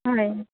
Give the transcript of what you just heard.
হয়